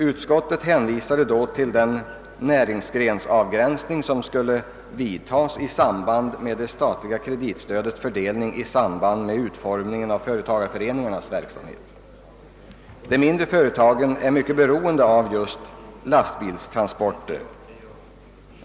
Utskottet hänvisade då till den näringsgrensavgränsning som «skulle vidtagas i samband med det statliga kreditstödets fördelning vid utformningen av företagareföreningarnas verksamhet. De mindre företagen är mycket beroende av just lastbilstransporter.